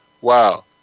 Wow